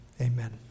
amen